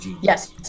Yes